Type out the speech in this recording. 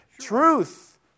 Truth